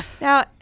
Now